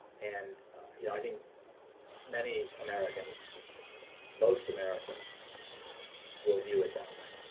and you know think many americans most americans will view it that way.